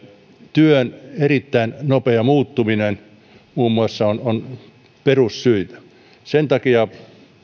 työn erittäin nopea muuttuminen muun muassa ovat perussyitä sen takia